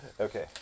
Okay